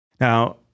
Now